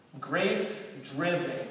grace-driven